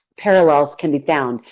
parallels can be found.